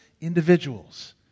individuals